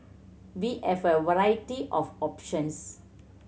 we have a variety of options